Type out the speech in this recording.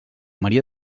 maria